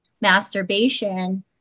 masturbation